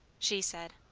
she said.